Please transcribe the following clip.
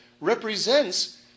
represents